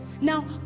Now